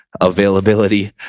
availability